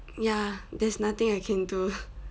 ya there's nothing I can do